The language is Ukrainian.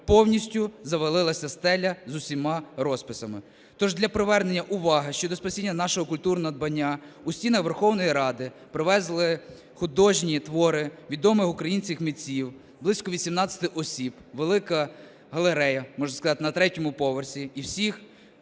повністю завалилася стеля з усіма розписами. Тож для привернення уваги щодо спасіння нашого культурного надбання у стіни Верховної Ради привезли художні твори відомих українських митців, близько 18 осіб, велика галерея, можна сказати, на третьому поверсі, і всіх